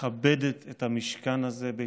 מכבדת את המשכן הזה בהצטרפותה.